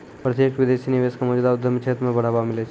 प्रत्यक्ष विदेशी निवेश क मौजूदा उद्यम क्षेत्र म बढ़ावा मिलै छै